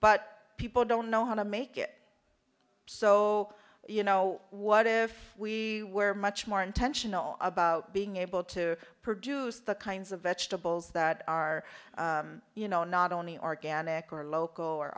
but people don't know how to make it so you know what if we were much more intentional about being able to produce the kinds of vegetables that are you know not only organic or local or